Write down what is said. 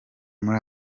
muri